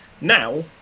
Now